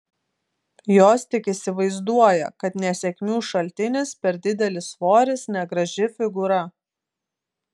jos tik įsivaizduoja kad nesėkmių šaltinis per didelis svoris negraži figūra